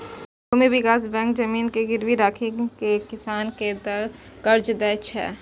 भूमि विकास बैंक जमीन के गिरवी राखि कें किसान कें कर्ज दै छै